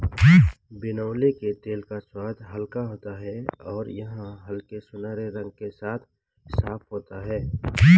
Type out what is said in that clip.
बिनौले के तेल का स्वाद हल्का होता है और यह हल्के सुनहरे रंग के साथ साफ होता है